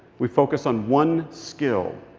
we focus on one skill.